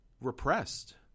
repressed